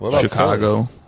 Chicago